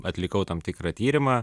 atlikau tam tikrą tyrimą